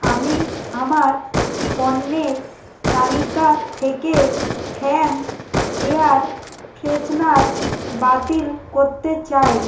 আমি আমার পণ্যের তালিকা থেকে ফ্র্যাঙ্ক এয়ার ফ্রেশনার বাতিল করতে চাই